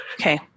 okay